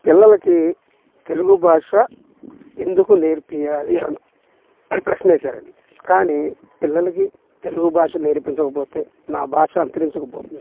పిల్లలకి తెలుగు భాష ఎందుకు నేర్పియాలి అను ప్రశ్న వేసారు అండి కానీ పిల్లలకి తెలుగు భాష నేర్పించకపోతే నా భాష అంతరించుకుపోతుంది